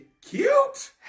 cute